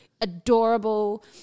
adorable